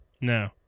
No